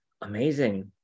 Amazing